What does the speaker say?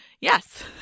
Yes